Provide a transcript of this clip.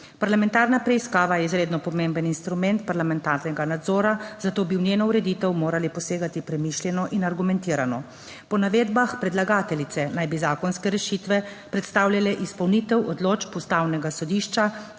Parlamentarna preiskava je izredno pomemben instrument parlamentarnega nadzora, zato bi v njeno ureditev morali posegati premišljeno in argumentirano. Po navedbah predlagateljice naj bi zakonske rešitve predstavljale izpolnitev odločb Ustavnega sodišča.